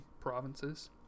provinces